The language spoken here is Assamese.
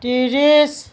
ত্ৰিছ